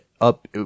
up